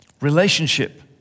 Relationship